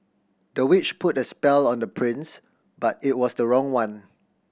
the witch put a spell on the prince but it was the wrong one